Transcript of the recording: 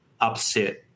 upset